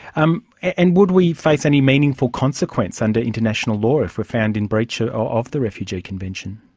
um and would we face any meaningful consequence under international law if we're found in breach of the refugee convention?